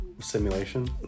simulation